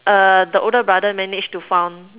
uh the older brother managed to found